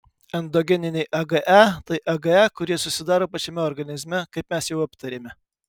endogeniniai age tai age kurie susidaro pačiame organizme kaip mes jau aptarėme